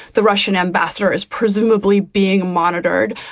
the russian ambassador is presumably being monitored.